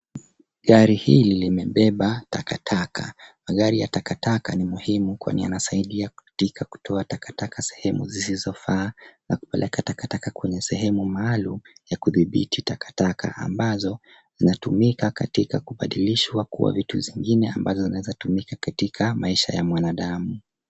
Gari hili limebeba takataka. Magari ya takataka ni muhimu kwani yanasaidia katika kutoa takataka sehemu zisizofaa na kupeleka takataka kwenye sehemu maalum ya kudhibiti takataka ambazo zinatumika katika kubadilishwa kwa vitu vingine ambazo zinaweza tumika katika maisha ya mwanadamu.